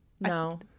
No